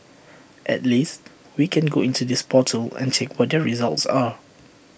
at least we can go into this portal and check what their results are